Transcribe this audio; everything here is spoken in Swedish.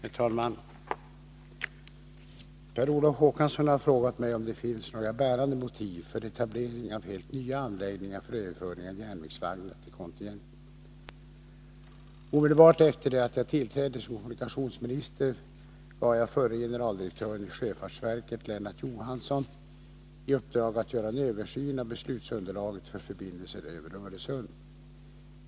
Herr talman! Per Olof Håkansson har frågat mig om det finns några bärande motiv för etablering av helt nya anläggningar för överföring av järnvägsvagnar till kontinenten. Omedelbart efter det att jag tillträdde som kommunikationsminister gav jag förre generaldirektören i sjöfartsverket, Lennart Johansson, i uppdrag att göra en översyn av beslutsunderlaget för förbindelser över Öresund.